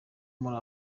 muri